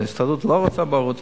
ההסתדרות לא רוצה בוררות,